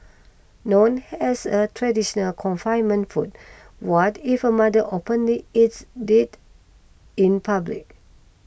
known as a traditional confinement food what if a mother openly eats in public